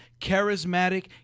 charismatic